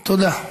תודה.